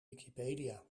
wikipedia